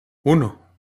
uno